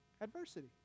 adversity